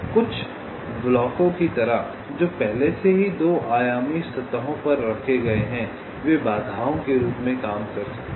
कुछ ब्लॉकों की तरह जो पहले से ही 2 आयामी सतहों पर रखे गए हैं वे बाधाओं के रूप में काम कर सकते हैं